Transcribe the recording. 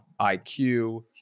IQ